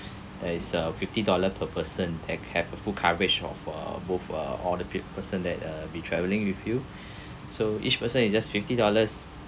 there is a fifty dollar per person that have a full coverage of uh both uh all the person that uh be traveling with you so each person is just fifty dollars